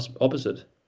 opposite